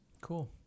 Cool